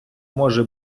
може